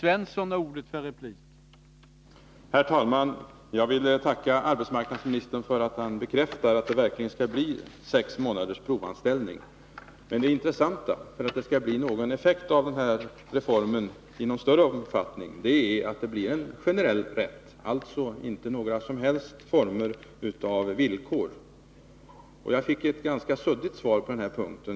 Herr talman! Jag vill tacka arbetsmarknadsministern för att han bekräftar att det verkligen skall bli sex månaders provanställning. För att det skall bli någon större effekt av den reformen måste det bli en generell rätt. Det får alltså inte vara några som helst former av villkor. Jag fick ett ganska suddigt svar på den punkten.